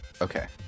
Okay